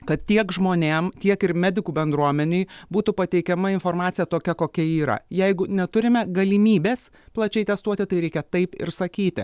kad tiek žmonėm tiek ir medikų bendruomenei būtų pateikiama informacija tokia kokia ji yra jeigu neturime galimybės plačiai testuoti tai reikia taip ir sakyti